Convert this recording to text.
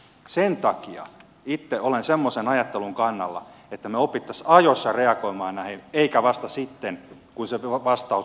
sen takia itse olen semmoisen ajattelun kannalla että me oppisimme ajoissa reagoimaan näihin eikä vasta sitten kun se vastaus on irtisanominen